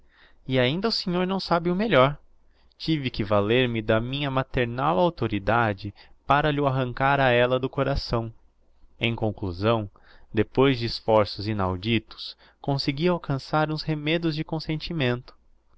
e ainda o senhor não sabe o melhor tive que valer me da minha maternal auctoridade para lh'o arrancar a ella do coração em conclusão depois de esforços inauditos consegui alcançar uns arremedos de consentimento